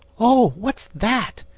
oh! what's that?